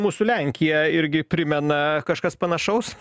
mūsų lenkiją irgi primena kažkas panašaus